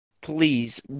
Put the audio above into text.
please